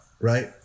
right